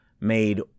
made